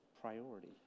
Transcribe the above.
priority